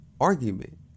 argument